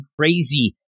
crazy